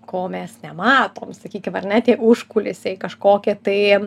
ko mes nematom sakykim ar ne tie užkulisiai kažkokie tai